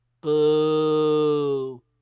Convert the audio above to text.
Boo